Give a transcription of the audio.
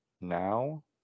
now